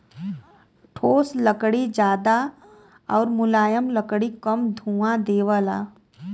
ठोस लकड़ी जादा आउर मुलायम लकड़ी कम धुंआ देवला